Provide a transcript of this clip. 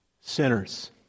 sinners